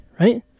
right